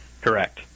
Correct